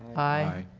aye.